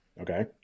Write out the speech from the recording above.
Okay